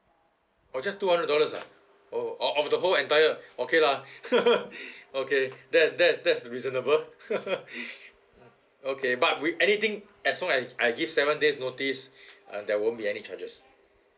oh just two hundred dollar ah oh of the whole entire okay lah okay that that's that's uh reasonable okay but with anything as long as I give seven days notice uh there won't be any charges